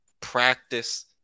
practice